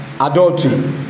adultery